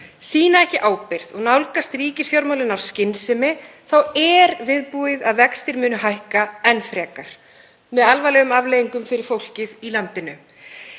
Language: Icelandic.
sýna ekki ábyrgð og nálgast ríkisfjármálin af skynsemi er viðbúið að vextir muni hækka enn frekar með alvarlegum afleiðingum fyrir fólkið í landinu.